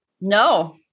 No